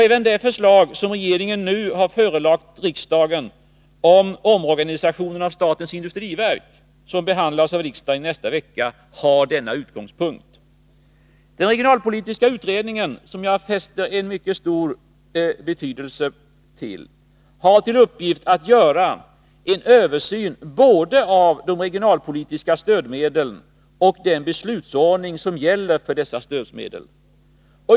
Även det förslag som regeringen nu har förelagt riksdagen om omorganisationen av statens industriverk, som behandlas av riksdagen i nästa vecka, har denna utgångspunkt. Den regionalpolitiska utredningen, som jag fäster mycket stort avseende vid, har till uppgift att göra en översyn både av de regionalpolitiska stödmedlen och av den beslutsordning som gäller för dessa stödmedel.